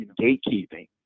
gatekeeping